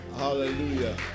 Hallelujah